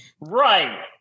Right